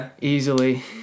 easily